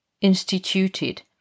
instituted